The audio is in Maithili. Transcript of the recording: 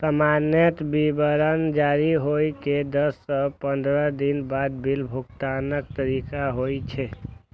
सामान्यतः विवरण जारी होइ के दस सं पंद्रह दिन बाद बिल भुगतानक तारीख होइ छै